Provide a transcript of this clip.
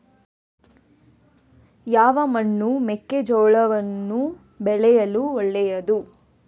ಯಾವ ಮಣ್ಣು ಮೆಕ್ಕೆಜೋಳವನ್ನು ಬೆಳೆಯಲು ಒಳ್ಳೆಯದು?